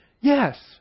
yes